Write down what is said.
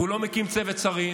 והוא לא מקים צוות שרים.